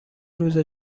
روز